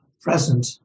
present